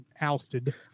ousted